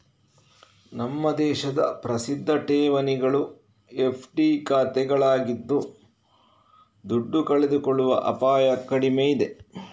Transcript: ನಮ್ಮ ದೇಶದ ಪ್ರಸಿದ್ಧ ಠೇವಣಿಗಳು ಎಫ್.ಡಿ ಖಾತೆಗಳಾಗಿದ್ದು ದುಡ್ಡು ಕಳೆದುಕೊಳ್ಳುವ ಅಪಾಯ ಕಡಿಮೆ ಇದೆ